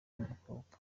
n’umukobwa